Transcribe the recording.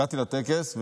הגעתי לטקס,